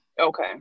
okay